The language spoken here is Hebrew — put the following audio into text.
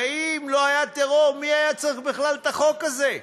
הרי אם לא היה טרור מי היה צריך בכלל את החוק הזה?